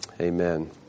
Amen